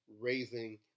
raising